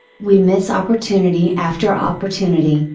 we miss opportunity after opportunity,